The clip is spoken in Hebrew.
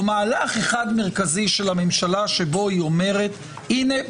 מהלך אחד מרכזי של הממשלה שבו היא אומרת: הנה,